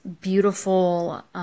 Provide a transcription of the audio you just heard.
beautiful